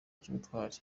cy’ubutwari